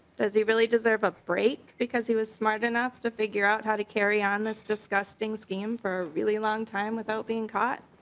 does he really deserve a break because he was smart enough to figure out how to carry on this disgusting scheme for a really long time without being caught?